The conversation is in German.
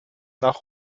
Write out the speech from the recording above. nach